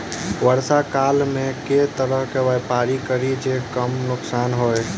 वर्षा काल मे केँ तरहक व्यापार करि जे कम नुकसान होइ?